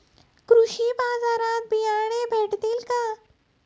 कृषी बाजारात बियाणे भेटतील का?